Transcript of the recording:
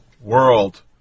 world